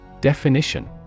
Definition